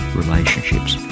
relationships